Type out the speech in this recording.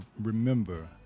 remember